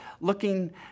looking